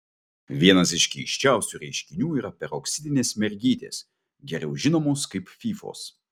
vienas iš keisčiausių reiškinių yra peroksidinės mergytės geriau žinomos kaip fyfos